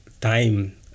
time